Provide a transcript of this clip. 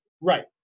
Right